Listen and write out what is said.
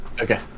Okay